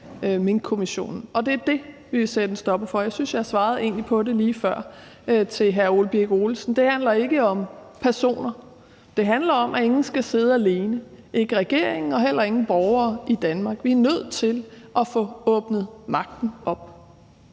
Minkkommissionen, og det er det, vi vil sætte en stopper for. Jeg synes egentlig, jeg svarede på det lige før til hr. Ole Birk Olesen. Det handler ikke om personer. Det handler om, at ingen skal sidde alene, ikke regeringen og heller ingen borgere i Danmark. Vi er nødt til at få åbnet magten op.